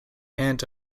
aunt